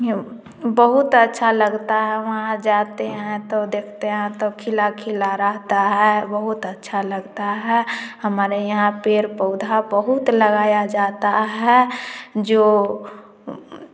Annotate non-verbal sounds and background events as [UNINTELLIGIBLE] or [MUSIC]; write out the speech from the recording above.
[UNINTELLIGIBLE] बहुत अच्छा लगता है वहाँ जाते हैं तो देखते हैं तो खिला खिला रहता है बहुत अच्छा लगता है हमारे यहाँ पेड़ पौधा बहुत लगाया जाता है जो